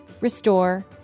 restore